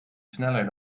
sneller